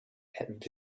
had